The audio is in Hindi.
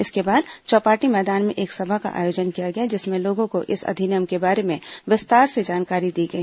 इसके बाद चौपाटी मैदान में एक सभा का आयोजन किया गया जिसमें लोगों को इस अधिनियम के बारे में विस्तार से जानकारी दी गई